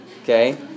Okay